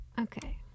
Okay